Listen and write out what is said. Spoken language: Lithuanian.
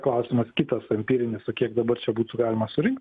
klausimas kitas empirinis o kiek dabar čia būtų galima surinkt